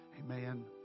Amen